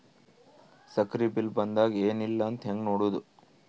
ಸಕ್ರಿ ಬಿಲ್ ಬಂದಾದ ಏನ್ ಇಲ್ಲ ಅಂತ ಹೆಂಗ್ ನೋಡುದು?